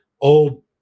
old